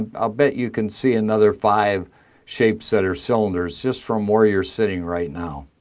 ah bet you can see another five shapes that are cylinders just from where you're sitting right now.